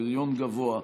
פריון גבוה,